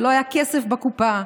ולא היה כסף בקופה,